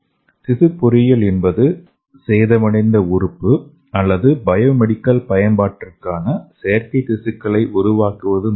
திசு பொறியியல் என்பது சேதமடைந்த உறுப்பு அல்லது பயோமெடிக்கல் பயன்பாட்டிற்கான செயற்கை திசுக்களை உருவாக்குவது மட்டுமல்ல